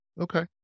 Okay